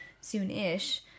soon-ish